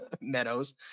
Meadows